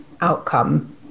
outcome